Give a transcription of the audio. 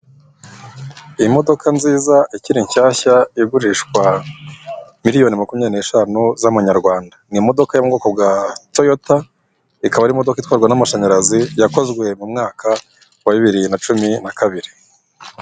Iyi modoka nziza ikiri nshyashya igurishwa miliyoni makumyabiri n'eshanu z'amanyarwanda. Ni imodoka yo mu bwoko bwa Toyota ikaba ari imodoka itwarwa n'amashanyarazi yakozwe mu mwaka wa bibiri na cumi na kabiri.